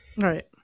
Right